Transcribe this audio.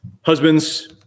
Husbands